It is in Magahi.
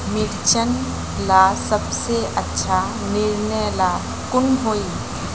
मिर्चन ला सबसे अच्छा निर्णय ला कुन होई?